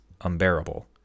unbearable